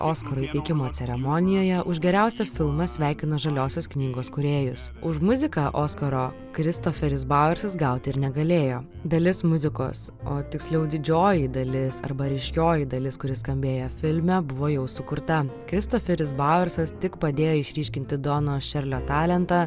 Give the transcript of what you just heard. oskarų įteikimo ceremonijoje už geriausią filmą sveikino žaliosios knygos kūrėjus už muziką oskaro kristoferis barisas gauti ir negalėjo dalis muzikos o tiksliau didžioji dalis arba ryškioji dalis kuri skambėjo filme buvo jau sukurta kristoferis baversas tik padėjo išryškinti dono šerlio talentą